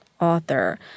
author